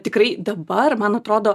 tikrai dabar man atrodo